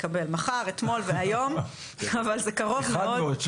מחר אתמול והיום אבל זה קרוב מאוד,